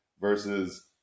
versus